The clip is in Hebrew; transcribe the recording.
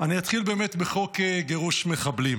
אני אתחיל באמת בחוק גירוש מחבלים.